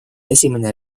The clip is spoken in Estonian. esimene